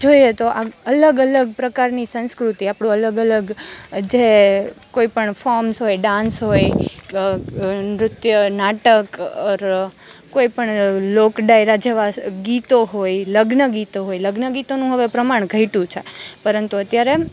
જોઈએ તો આ અલગ અલગ પ્રકારની સંસ્કૃતિ આપણું અલગ અલગ જે કોઈપણ ફોર્મ્સ હોય ડાન્સ હોય નૃત્ય હોય નાટક ઓર કોઈ પણ લોક ડાયરા જેવા ગીતો હોય લગ્ન ગીતો હોય લગ્ન ગીતોનું હવે પ્રમાણ ઘટ્યું છે પરંતુ અત્યારે